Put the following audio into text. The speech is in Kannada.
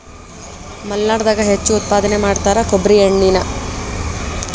ಮಲ್ನಾಡದಾಗ ಹೆಚ್ಚು ಉತ್ಪಾದನೆ ಮಾಡತಾರ ಕೊಬ್ಬ್ರಿ ಎಣ್ಣಿನಾ